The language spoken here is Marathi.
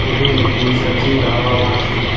पुढील दिवसाची हवामान स्थिती